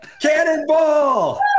cannonball